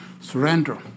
Surrender